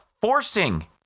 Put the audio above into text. forcing